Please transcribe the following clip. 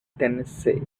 tennessee